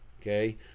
okay